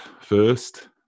first